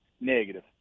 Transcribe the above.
Negative